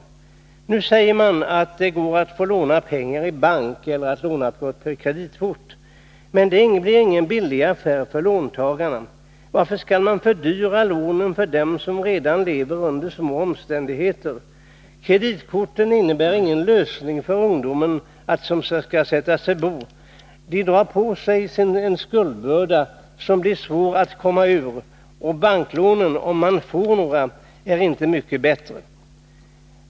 Nu säger man att det går att få låna pengar i bank eller genom kreditkort. Men det blir ingen billig affär för låntagarna. Varför skall man fördyra lånen för dem som redan lever under små omständigheter? Kreditkorten innebär ingen lösning för den ungdom som skall sätta bo. De drar på sig en skuldbörda som blir svår att komma ifrån. Och banklånen — om man får några — är inte mycket bättre.